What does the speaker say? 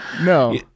No